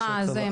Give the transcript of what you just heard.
גמור.